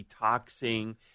detoxing